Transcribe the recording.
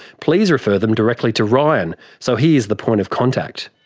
please refer them directly to ryan so he is the point of contact.